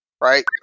Right